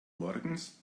morgens